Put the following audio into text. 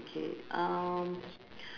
okay um